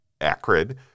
acrid